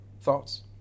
thoughts